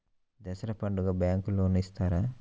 దసరా పండుగ bank loan ఇస్తారా?